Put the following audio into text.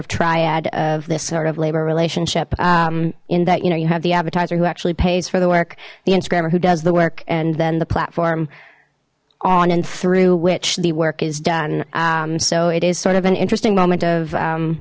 of triad of this sort of labor relationship in that you know you have the advertiser who actually pays for the work the instagrammer who does the work and then the platform on and through which the work is done so it is sort of an interesting moment of